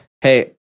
Hey